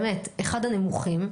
באמת, אחד הנמוכים.